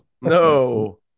No